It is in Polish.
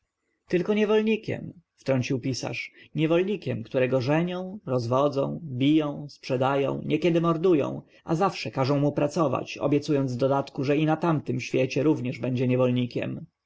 tylko niewolnikiem wtrącił pisarz niewolnikiem którego żenią rozwodzą biją sprzedają niekiedy mordują a zawsze każą mu pracować obiecując w dodatku że i na tamtym świecie również będzie niewolnikiem